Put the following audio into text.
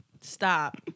Stop